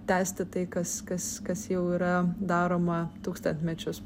tęsti tai kas kas kas jau yra daroma tūkstantmečius